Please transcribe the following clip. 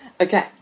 Okay